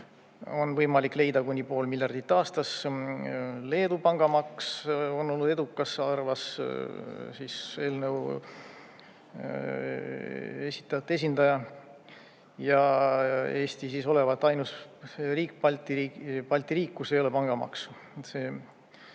On võimalik leida kuni pool miljardit aastas. Leedu pangamaks on olnud edukas, arvas eelnõu esitajate esindaja. Ja Eesti olevat ainus Balti riik, kus ei ole pangamaksu.